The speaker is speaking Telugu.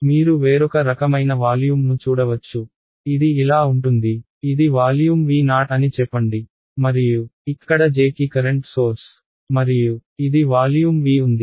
మీరు వేరొక రకమైన వాల్యూమ్ను చూడవచ్చు ఇది ఇలా ఉంటుంది ఇది వాల్యూమ్ Vo అని చెప్పండి మరియు ఇక్కడ J కి కరెంట్ సోర్స్ మరియు ఇది వాల్యూమ్ V ఉంది